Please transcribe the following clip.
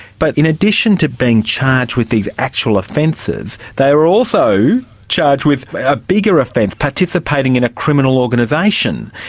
but in addition to being charged with these actual offences, they were also charged with a bigger offence participating in a criminal organisation.